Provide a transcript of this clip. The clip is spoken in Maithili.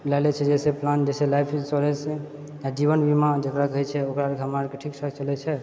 लए ले छै जैसे प्लान जैसे लाइफ इन्स्योरेन्स जैछे आ जीवनबीमा जेकरा कहैछे ओ हमरा आरके ठीक ठाक चलए छै